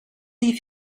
leave